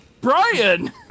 brian